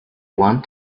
want